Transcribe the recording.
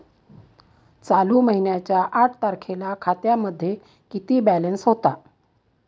चालू महिन्याच्या आठ तारखेला खात्यामध्ये किती बॅलन्स होता?